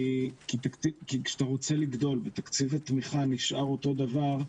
כי כשאתה רוצה לגדול ותקציב התמיכה נשאר אותו הדבר,